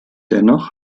dennoch